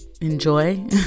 enjoy